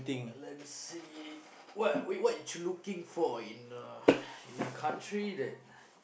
let me see what wait what you looking for in a in a country that